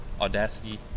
Audacity